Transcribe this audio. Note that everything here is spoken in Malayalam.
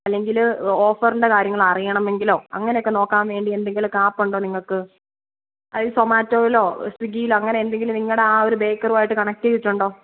അല്ലെങ്കിൽ ഓഫറിൻ്റെ കാര്യങ്ങൾ അറിയണമെങ്കിലോ അങ്ങനെ ഒക്കെ നോക്കാൻ വേണ്ടി എന്തെങ്കിലും ഒക്കെ ആപ്പ് ഉണ്ടോ നിങ്ങൾക്ക് അതായത് സൊമാറ്റോയിലോ സ്വിഗ്ഗിയിലോ അങ്ങനെ എന്തെങ്കിലും നിങ്ങളുടെ ആ ഒരു ബേക്കറുമായിട്ട് കണക്റ്റ് ചെയ്തിട്ടുണ്ടോ